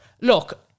look